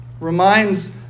reminds